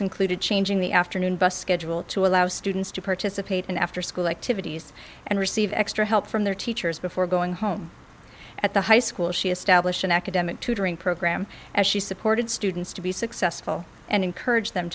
included changing the afternoon bus schedule to allow students to participate in afterschool activities and receive extra help from their teachers before going home at the high school she established an academic tutoring program as she supported students to be successful and encourage them